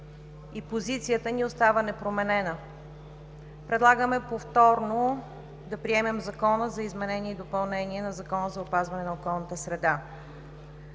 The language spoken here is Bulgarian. и позицията ни остава непроменена. Предлагаме повторно да приемем Закона за изменение и допълнение на Закона за опазване на околната среда.